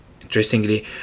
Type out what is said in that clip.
Interestingly